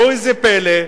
וראו איזה פלא,